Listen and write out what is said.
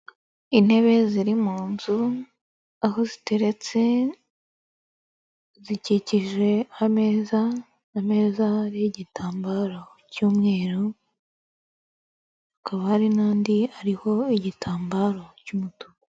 Intebe ziri mu nzu, aho ziteretse zikikije ameza, ameza ariho igitambaro cy'umweru, hakaba hari n'andi ariho igitambaro cy'umutuku.